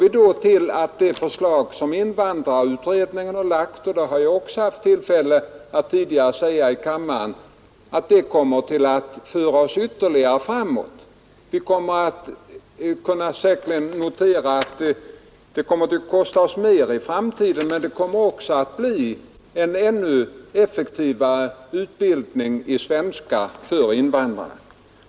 Ett förverkligande av det förslag som invandrarutredningen har lagt fram — detta har jag också haft tillfälle att säga tidigare här i kammaren — kommer att föra oss ytterligare framåt. Vi nödgas säkerligen notera att verksamheten kostar oss mera i framtiden, men det kommer också att bli en ännu effektivare utbildning i svenska för invandrare.